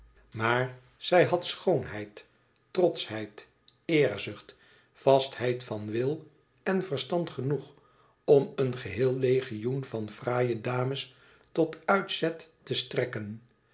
maar zij ii et verlaten huis had schoonheid trotschheid eerzucht vastheid van wil en verstand genoeg om een geheel legioen van fraaie dames tot uitzet te strekken